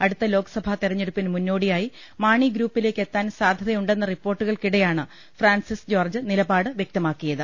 അടുത്ത ലോക്സഭ തെരഞ്ഞെടുപ്പിന് മുന്നോടിയായി മാണി ഗ്രൂപ്പിലേക്ക് എത്താൻ സാധ്യതയുണ്ടെന്ന റിപ്പോർട്ടുകൾക്കിടെയാണ് ഫ്രാൻസിസ് ജോർജ്ജ് നിലപാട് വ്യക്തമാക്കി യത്